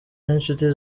n’inshuti